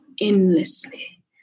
endlessly